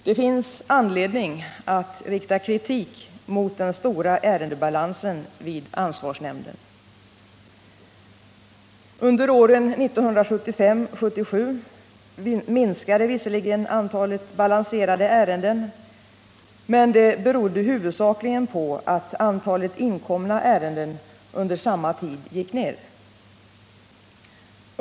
Det finns anledning att rikta kritik mot den stora ärendebalansen vid ansvarsnämnden. Under åren 1975-1977 minskade visserligen antalet balanserade ärenden, men det berodde huvudsakligen på att antalet inkomna ärenden under samma tid gick ner.